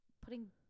putting